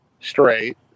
straight